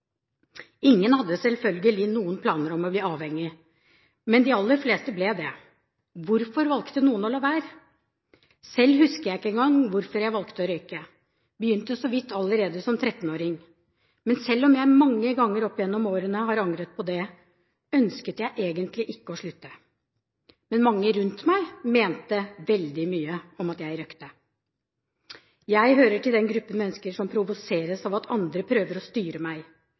Ingen hadde selvfølgelig noen planer om å bli avhengige, men de aller fleste ble det. Hvorfor valgte noen å la være? Selv husker jeg ikke engang hvorfor jeg valgte å røke. Jeg begynte så vidt allerede som 13-åring, men selv om jeg mange ganger opp gjennom årene har angret på det, ønsket jeg egentlig ikke å slutte. Men mange rundt meg mente veldig mye om at jeg røkte. Jeg hører til den gruppe mennesker som provoseres av at andre prøver å styre meg.